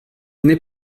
n’est